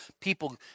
people